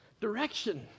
direction